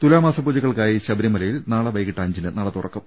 തുലാമാസ പൂജകൾക്കായി ശബരിമലയിൽ നാളെ വൈകീട്ട് അഞ്ചിന് നട തുറക്കും